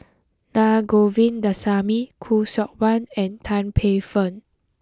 Naa Govindasamy Khoo Seok Wan and Tan Paey Fern